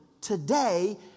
today